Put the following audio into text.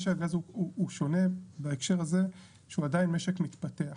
משק הגז הוא שונה בהקשר הזה שהוא עדיין משק מתפתח.